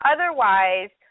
Otherwise